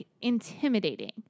intimidating